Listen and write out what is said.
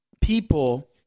people